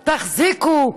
תחזיקו.